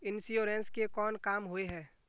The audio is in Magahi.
इंश्योरेंस के कोन काम होय है?